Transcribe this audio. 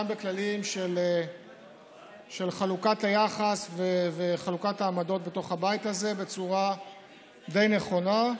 גם בכללים של חלוקת היחס וחלוקת העמדות בתוך הבית הזה בצורה די נכונה.